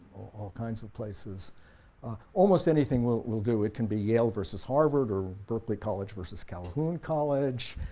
all kinds of places almost anything will will do. it can be yale versus harvard, or berkeley college versus calhoun college,